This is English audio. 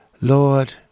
Lord